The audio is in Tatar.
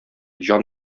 җан